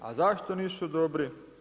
A zašto nisu dobri?